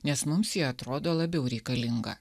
nes mums ji atrodo labiau reikalinga